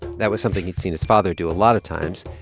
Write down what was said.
that was something he'd seen his father do a lot of times.